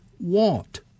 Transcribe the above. want